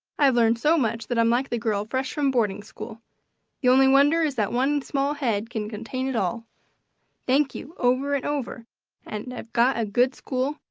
i've learned so much that i'm like the girl fresh from boarding school the only wonder is that one small head can contain it all thank you over and over and i've got a good school,